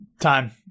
time